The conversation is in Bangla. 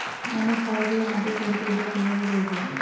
আমি ক্ষারকীয় মাটির পরিচর্যা কিভাবে করব?